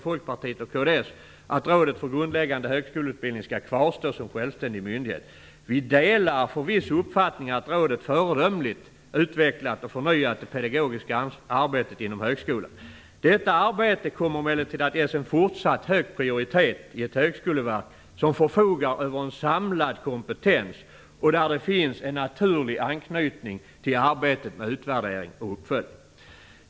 Folkpartiet och kds att Rådet för grundläggande högskoleutbildning skall kvarstå som självständig myndighet. Vi delar förvisso uppfattningen att rådet föredömligt utvecklat och förnyat det pedagogiska arbetet inom högskolan. Detta arbete kommer emellertid att ges en fortsatt hög prioritet i ett högskoleverk som förfogar över en samlad kompetens och där det finns en naturlig anknytning till arbetet med utvärdering och uppföljning.